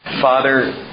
Father